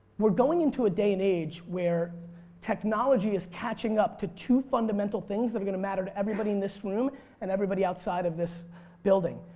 we're going into a day and age where technology is catching up to two fundamental things that are going to matter to everybody in this room and everybody outside of this building.